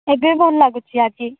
ଏବେ ଭଲ ଲାଗୁଛି ଆଜି